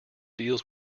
deals